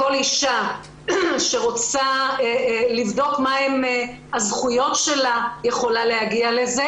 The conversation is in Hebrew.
כל אישה שרוצה לבדוק מה הן הזכויות שלה יכולה להגיע לזה.